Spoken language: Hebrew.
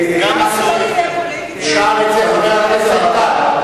למה שלא תהיה פוליטיקה, שאל את זה חבר הכנסת איתן.